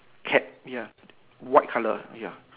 cap ya white colour ya